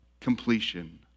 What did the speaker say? completion